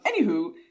Anywho